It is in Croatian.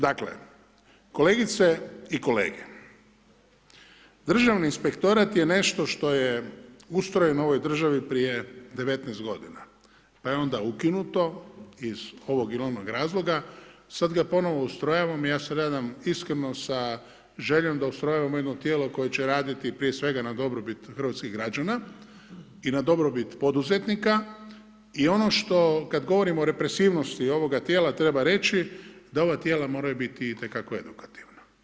Dakle, kolegice i kolege, Državni inspektorat je nešto što je ustrojeno u ovoj državi prije 19 godina, pa je onda ukinuto iz ovog ili onog razloga, sad ga ponovno ustrojavamo, ja se nadam iskreno sa željom da ustrojavamo jedno tijelo koje će raditi prije svega na dobrobit hrvatskih građana i na dobrobit poduzetnika i ono što, kad govorimo o represivnosti ovoga tijela treba reći, da ova tijela moraju biti itekako edukativna.